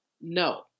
no